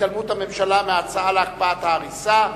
והתעלמות הממשלה מההצעה להקפאת ההריסה.